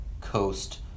coast